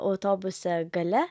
autobuse gale